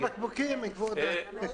זה מיחזור בקבוקים, כבוד היושב-ראש.